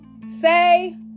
say